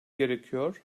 gerekiyor